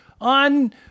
on